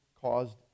caused